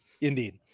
Indeed